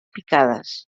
picades